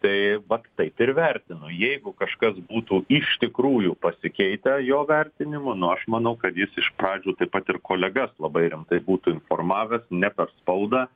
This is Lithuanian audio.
tai vat taip ir vertinu jeigu kažkas būtų iš tikrųjų pasikeitę jo vertinimu nu aš manau kad jis iš pradžių taip pat ir kolegas labai rimtai būtų informavęs ne per spaudą